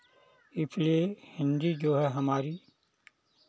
इसलिए हिन्दी जो है हमारी